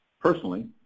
personally